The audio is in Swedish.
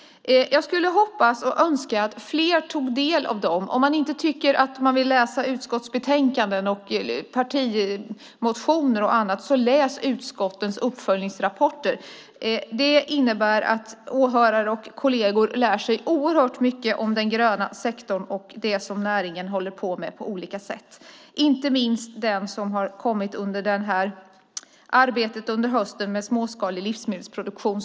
Jag skulle hoppas och önska att fler tog del av dem. Om man inte tycker att man vill läsa utskottsbetänkanden, partimotioner och annat så läs utskottens uppföljningsrapporter! Det innebär att åhörare och kolleger lär sig oerhört mycket om den gröna sektorn och det som näringen håller på med på olika sätt. Det gäller inte minst den rapport som har kommit under höstens arbete med småskalig livsmedelsproduktion.